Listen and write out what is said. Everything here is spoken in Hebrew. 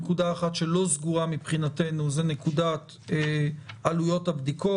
נקודה אחת שלא סגורה מבחינתנו זו נקודת עליות הבדיקות.